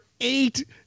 eight